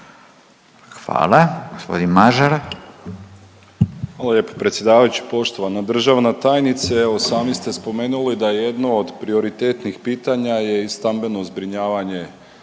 Nikola (HDZ)** Zahvaljujem predsjedavajući. Poštovana državna tajnica evo sami ste spomenuli da je jedno od prioritetnih pitanja je i stambeno zbrinjavanje